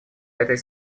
этой